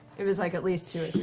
it was like at least two